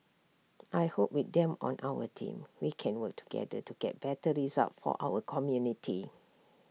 I hope with them on our team we can work together to get better results for our community